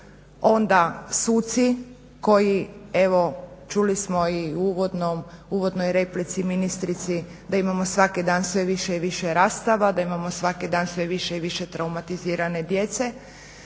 onda suci koji evo čuli smo u uvodnoj replici ministrici da imamo svaki dan sve više i više rastava, da imamo svaki dan sve više i više traumatizirane djece,